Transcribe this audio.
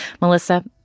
Melissa